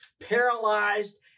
paralyzed